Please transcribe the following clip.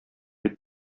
бит